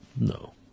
No